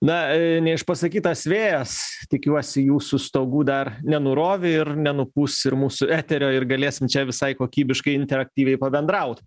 na neišpasakytas vėjas tikiuosi jūsų stogų dar nenurovė ir nenupūs ir mūsų eterio ir galėsim čia visai kokybiškai interaktyviai pabendraut